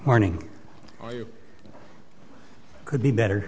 morning or you could be better